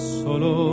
solo